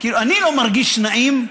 אני לא מרגיש נעים,